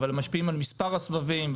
אבל הם משפיעים על מספר הסבבים,